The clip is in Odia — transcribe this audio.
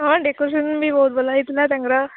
ହଁ ଡେକୋରେସନ୍ ବି ବହୁତ ଭଲ ହୋଇଥିଲା ତାଙ୍କର